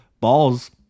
balls